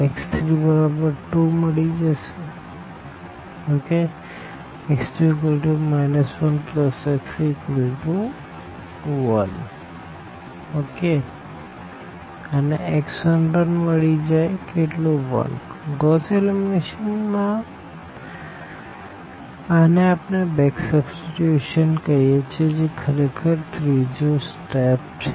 x32 x2 1x31 x14 x2 x31 Gauss elimination માં આને આપણે બેક સબસ્ટીટ્યુશન કહીએ છે જે ખરેખર ત્રીજો સ્ટેપ છે